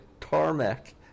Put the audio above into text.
tarmac